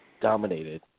dominated